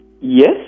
Yes